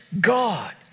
god